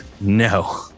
No